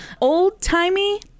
Old-timey